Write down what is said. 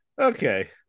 Okay